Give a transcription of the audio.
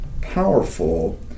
powerful